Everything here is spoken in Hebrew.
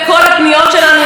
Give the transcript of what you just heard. זו לא בעיה של נשים,